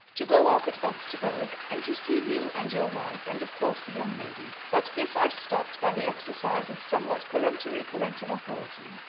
to go off at once to bowick, and to see you and your wife, and of course the young lady but this i stopped by the exercise of somewhat peremptory parental authority.